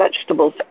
vegetables